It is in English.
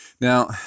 Now